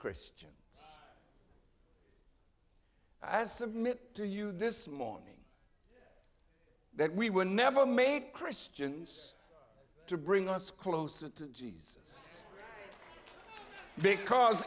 christian as submit to you this morning that we were never made christians to bring us closer to jesus because